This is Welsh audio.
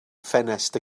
ffenest